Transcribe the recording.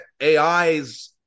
AI's